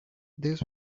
this